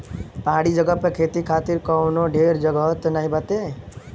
पहाड़ी जगह पे खेती खातिर कवनो ढेर जगही त नाही बाटे